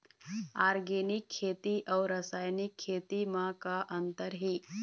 Organic खेती अउ रासायनिक खेती म का अंतर हे?